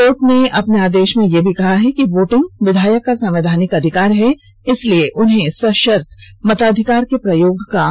court ने अपने आदेश में यह भी कहा है कि वोटिंग विधायक का संवैधानिक अधिकार है इसलिए उन्हें सशर्त मताधिकार के प्रयोग का अधिकार दिया जाता है